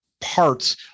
parts